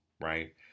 right